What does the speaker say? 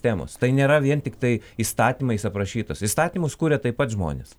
temos tai nėra vien tiktai įstatymais aprašytus įstatymus kuria taip pat žmonės